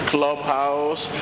Clubhouse